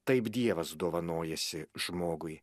taip dievas dovanojasi žmogui